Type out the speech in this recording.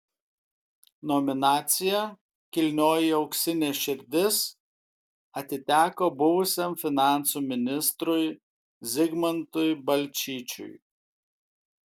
nominacija kilnioji auksinė širdis atiteko buvusiam finansų ministrui zigmantui balčyčiui